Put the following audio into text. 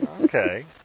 Okay